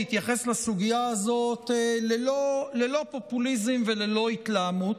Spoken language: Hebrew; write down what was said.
להתייחס לסוגיה הזאת ללא פופוליזם וללא התלהמות,